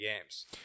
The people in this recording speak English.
games